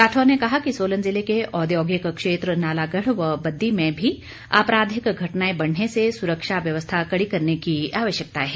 राठौर ने कहा कि सोलन जिले के ओद्यौगिक क्षेत्र नालागढ़ व बददी में भी आपराधिक घटनाएं बढ़ने से सुरक्षा व्यवस्था कड़ी करने की आवश्यकता है